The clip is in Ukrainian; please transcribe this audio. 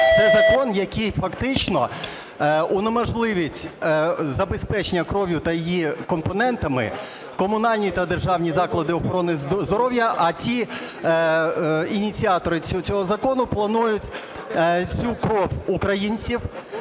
Це закон, який фактично унеможливить забезпечення кров'ю та її компонентами комунальні та державні заклади охорони здоров'я, а ініціатори цього закону планують цю кров українців